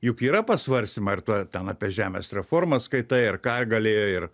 juk yra pasvarstymai ir tuo ten apie žemės reformą skaitai ar ką galėjo ir